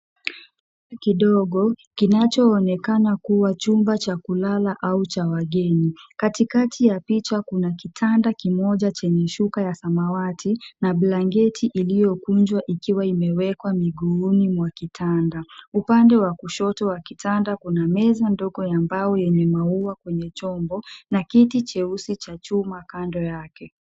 Kidogo kinachoonekana kuwa chumba cha kulala au cha wageni. Katikati ya picha kuna kitanda kimoja chenye shuka ya samawati, na blanketi iliyokunjwa ikiwa imewekwa miguuni mwa kitanda. Upande wa kushoto wa kitanda, kuna meza ndogo ya mbao yenye maua kwenye chombo, na kiti cheusi cha chuma kando yake.